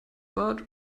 but